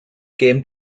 came